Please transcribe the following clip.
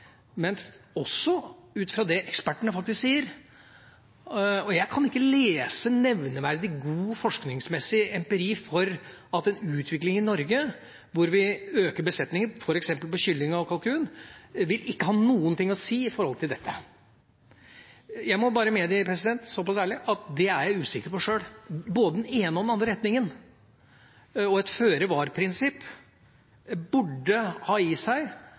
men også ut fra det ekspertene faktisk sier. Jeg kan ikke lese nevneverdig god forskningsmessig empiri for at en utvikling i Norge hvor vi øker besetninger f.eks. av kylling og kalkun, ikke vil ha noen ting å si når det gjelder dette. Jeg må bare medgi – såpass ærlig er jeg – at det er jeg usikker på sjøl. Både den ene og den andre retningen og et føre-var-prinsipp burde ha i seg